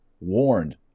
warned